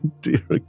dear